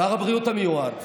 שר הבריאות המיועד